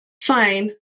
Fine